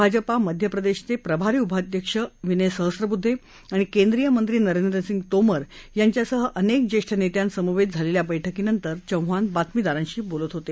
भाजपा मध्य प्रदेशचे प्रभारी उपाध्यक्ष विनय सहस्रबुद्धे आणि केंद्रीय मंत्री नरेंद्र सिंग तोमर यांच्यासह अनेक ज्येष्ठ नेत्यांसमवेत झालेल्या बैठकीनंतर चौहान बातमीदारांशी बोलत होते